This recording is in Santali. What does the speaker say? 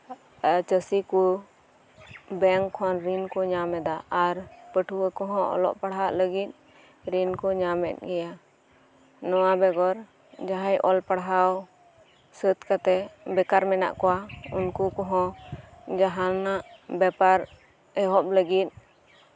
ᱪᱟᱹᱥᱤ ᱠᱚ ᱵᱮᱝᱠ ᱠᱷᱚᱱ ᱨᱤᱱ ᱠᱚ ᱧᱟᱢ ᱮᱫᱟ ᱟᱨ ᱯᱟᱹᱴᱷᱩᱣᱟᱹ ᱠᱚᱦᱚᱸ ᱚᱞᱚᱜ ᱯᱟᱲᱦᱟᱜ ᱞᱟᱹᱜᱤᱫ ᱨᱤᱱ ᱠᱚ ᱧᱟᱢᱮᱫ ᱜᱮᱭᱟ ᱱᱚᱶᱟ ᱵᱮᱜᱚᱨ ᱡᱟᱦᱟᱸᱭ ᱚᱞ ᱯᱟᱲᱦᱟᱣ ᱥᱟᱹᱛ ᱠᱟᱛᱮᱫ ᱵᱮᱠᱟᱨ ᱢᱮᱱᱟᱜ ᱠᱚᱣᱟ ᱩᱱᱠᱩ ᱠᱚᱦᱚᱸ ᱡᱟᱦᱟᱱᱟᱜ ᱵᱮᱯᱟᱨ ᱮᱦᱚᱵ ᱞᱟᱹᱜᱤᱫ